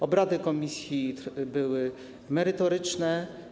Obrady komisji były merytoryczne.